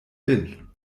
bin